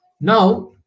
Now